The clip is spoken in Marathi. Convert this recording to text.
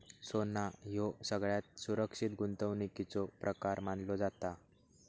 सोना ह्यो सगळ्यात सुरक्षित गुंतवणुकीचो प्रकार मानलो जाता